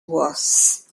was